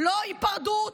לא היפרדות